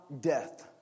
death